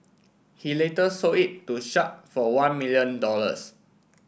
he later sold it to Sharp for one million dollars